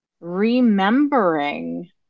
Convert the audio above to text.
remembering